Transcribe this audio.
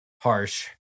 harsh